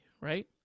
right